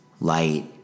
light